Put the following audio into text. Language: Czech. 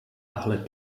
tahle